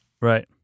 Right